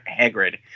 Hagrid